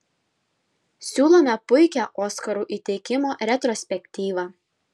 siūlome puikią oskarų įteikimo retrospektyvą